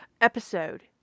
episode